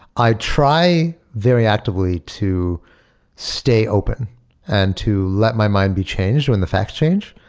i try very actively to stay open and to let my mind be changed when the facts change.